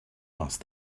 asked